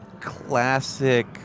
classic